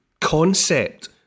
concept